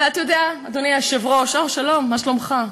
ואתה יודע, אדוני היושב-ראש, הו, שלום, מה שלומך?